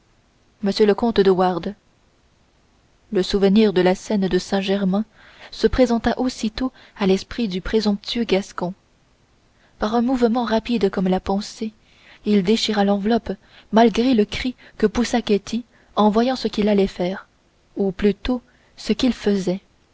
m le comte de wardes le souvenir de la scène de saint-germain se présenta aussitôt à l'esprit du présomptueux gascon par un mouvement rapide comme la pensée il déchira l'enveloppe malgré le cri que poussa ketty en voyant ce qu'il allait faire ou plutôt ce qu'il faisait